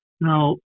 Now